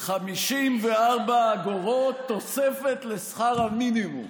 54 אגורות תוספת לשכר המינימום,